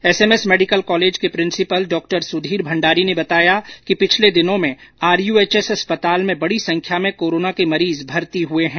SMS medical college के principal डॉ सुधीर भंडारी ने बताया कि पिछले दिनों में आरयूएचएस अस्पताल में बडी संख्या में कोरोना के मरीज भर्ती हुए हैं